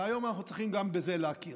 והיום אנחנו צריכים גם בזה להכיר.